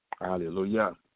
Hallelujah